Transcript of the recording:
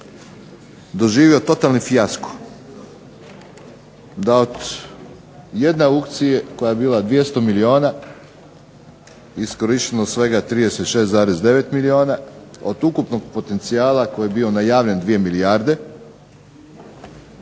doživio totalni fijasko, da od jedne aukcije koja je bila 200 milijuna iskorišteno svega 36,9 milijuna, od ukupnog potencijala koji je bio najavljen 2 milijarde